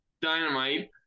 Dynamite